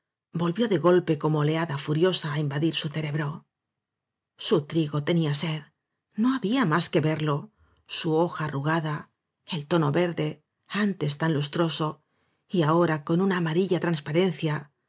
volvió de golpe como oleada furiosa á invadir su cerebro su trigo tenía sed no había más que verlo su hoja arrugada el tono verde antes tan lustroso y ahora con una amarilla transparencia le